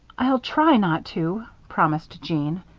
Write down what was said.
i'll try not to, promised jeanne.